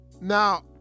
now